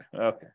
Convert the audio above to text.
okay